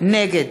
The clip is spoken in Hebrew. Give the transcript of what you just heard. נגד